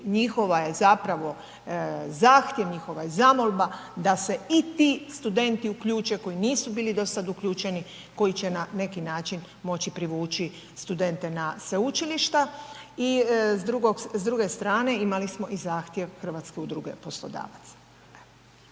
njihova je zapravo zahtjev, njihova je zamolba da se i ti studenti uključe koji nisu bili do sad uključeni, koji će na neki način moći privući studente na sveučilišta i s druge strane, imali smo i zahtjev Hrvatske udruge poslodavaca.